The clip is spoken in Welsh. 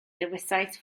dewisais